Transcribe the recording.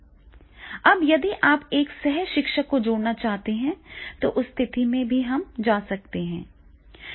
अब यदि आप एक सह शिक्षक को जोड़ना चाहते हैं तो उस स्थिति में भी हम जा सकते हैं